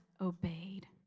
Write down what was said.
obeyed